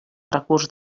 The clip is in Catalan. recurs